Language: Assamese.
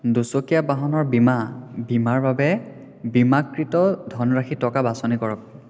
দুচকীয়া বাহনৰ বীমা বীমাৰ বাবে বীমাকৃত ধনৰাশি টকা বাচনি কৰক